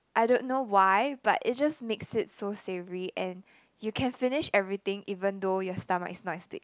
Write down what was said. I don't know why but it just makes it so savoury and you can finish everything even though your stomach is not as big